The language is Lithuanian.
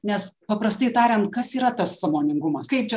nes paprastai tarian kas yra tas sąmoningumas kaip čia